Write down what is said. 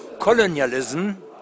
Colonialism